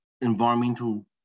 environmental